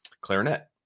clarinet